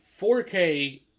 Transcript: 4k